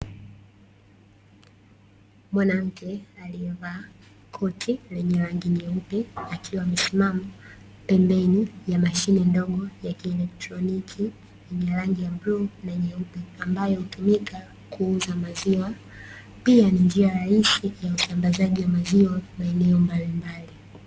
Mwanamke aliyevaa koti lenye rangi nyeupe, akiwa amesimama pembeni ya mashine ndogo ya kielektroniki yenye rangi ya bluu na nyeupe, ambayo hutumika kuuza maziwa. Pia, ni njia rahisi ya usambazaji wa maziwa maeneo mbalimbali.